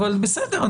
אבל בסדר,